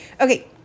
Okay